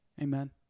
Amen